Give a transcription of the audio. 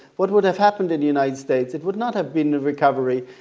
what would have happened in the united states? it would not have been a recovery.